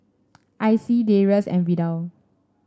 Icey Darius and Vidal